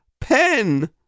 pen